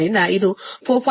62 36